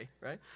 right